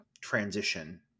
transition